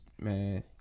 man